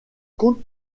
compte